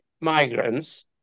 migrants